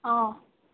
অঁ